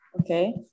Okay